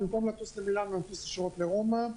במקום לטוס למילאנו לטוס ישירות לרומא.